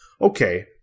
Okay